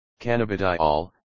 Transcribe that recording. Cannabidiol